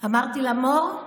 ואמרתי לה: מור,